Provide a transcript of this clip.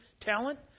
talent